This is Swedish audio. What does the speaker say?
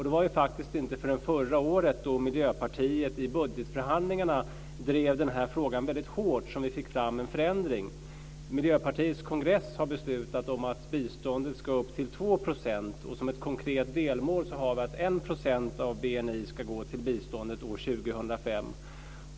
Det var ju faktiskt inte förrän förra året, då Miljöpartiet i budgetförhandlingarna drev den här frågan väldigt hårt, som vi fick fram en förändring. Miljöpartiets kongress har beslutat att biståndet ska upp till 2 %. Som ett konkret delmål har vi att 1 % av BNI ska gå till biståndet år 2005.